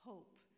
Hope